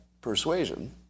persuasion